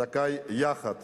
זכאי יחד